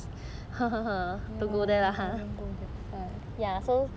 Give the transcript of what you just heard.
ya I won't go that side